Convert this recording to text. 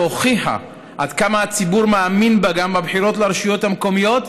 שהוכיחה עד כמה הציבור מאמין בה גם בבחירות לרשויות המקומיות,